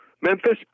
Memphis